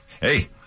Hey